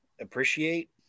appreciate